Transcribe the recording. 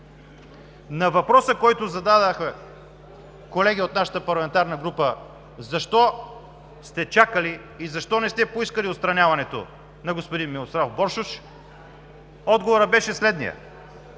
На въпроса, който зададоха колеги от нашата парламентарна група: защо сте чакали и защо не сте поискали отстраняването на господин Мирослав Боршош, отговорът беше следният: